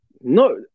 No